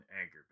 anger